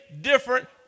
different